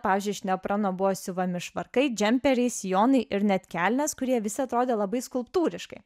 pavyzdžiui iš neopreno buvo siuvami švarkai džemperiai sijonai ir net kelnės kurie visi atrodė labai skulptūriškai